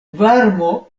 varmo